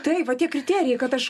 taip va tie kriterijai kad aš